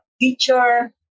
teacher